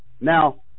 now